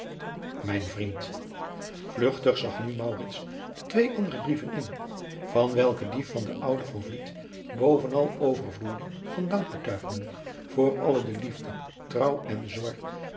mijn vriend vlugtig zag nu maurits de twee andere brieven in van welke die van den ouden van vliet bovenal overvloeide van dankbetuigingen voor alle de liefde adriaan loosjes pzn het leven van maurits lijnslager trouw en zorg